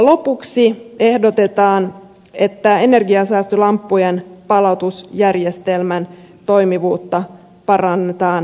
lopuksi ehdotetaan että energiansäästölamppujen palautusjärjestelmän toimivuutta parannetaan pikaisesti